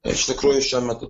iš tikrųjų šiuo metu